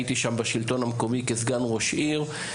הייתי שם בשלטון המקומי כסגן ראש עיר.